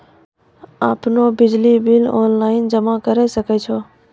आपनौ बिजली bill online जमा करै सकै छौ?